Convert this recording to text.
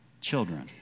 children